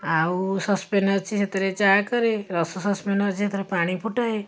ଆଉ ସସପେନ୍ ଅଛି ସେଥିରେ ଚା' କରେ ରସ ସସପେନ୍ ଅଛି ସେଥିରେ ପାଣି ଫୁଟାଏ